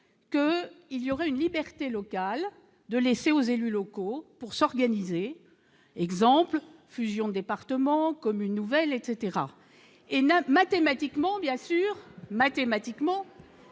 que, il y aura une liberté locale de laisser aux élus locaux pour s'organiser, exemple fusion département comme nouvelle etc et 9 mathématiquement bien sûr mathématiquement